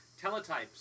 teletypes